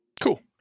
Cool